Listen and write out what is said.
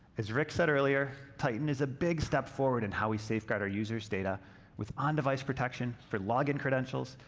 as rick said earlier, titan is a big step forward in how we safeguard our users' data with on-device protection for log-in credentials,